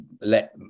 let